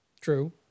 True